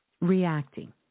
reacting